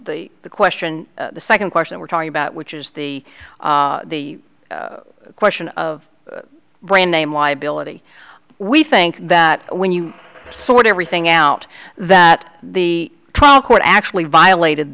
the question the second question we're talking about which is the question of brand name liability we i think that when you sort everything out that the trial court actually violated